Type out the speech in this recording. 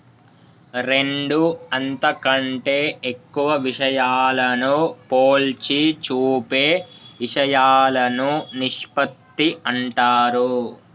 రెండు అంతకంటే ఎక్కువ విషయాలను పోల్చి చూపే ఇషయాలను నిష్పత్తి అంటారు